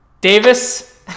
Davis